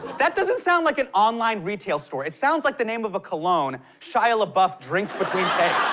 that doesn't sound like an online retail store. it sounds like the name of a cologne shia labeouf drinks between